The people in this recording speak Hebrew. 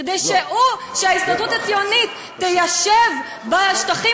כדי שההסתדרות הציונית תיישב בשטחים